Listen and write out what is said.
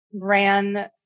ran